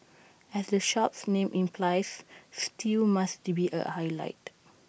as the shop's name implies stew must be A highlight